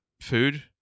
food